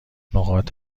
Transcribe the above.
نقاط